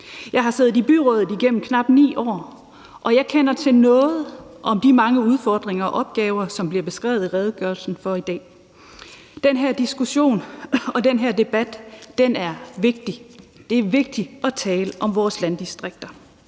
Jeg har siddet i byrådet igennem knap 9 år, og jeg kender om nogen til de mange udfordringer og opgaver, som bliver beskrevet i redegørelsen her i dag. Den her diskussion og den her debat er vigtig. Det er vigtigt at tale om vores landdistrikter.